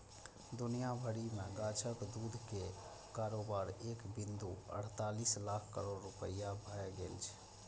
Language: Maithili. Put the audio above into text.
दुनिया भरि मे गाछक दूध के कारोबार एक बिंदु अड़तालीस लाख करोड़ रुपैया भए गेल छै